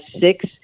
six